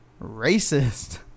Racist